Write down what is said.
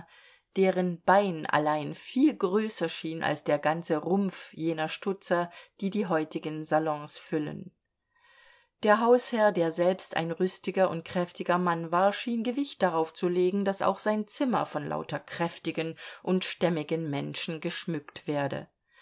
deren bein allein viel größer schien als der ganze rumpf jener stutzer die die heutigen salons füllen der hausherr der selbst ein rüstiger und kräftiger mann war schien gewicht darauf zu legen daß auch sein zimmer von lauter kräftigen und stämmigen menschen geschmückt werde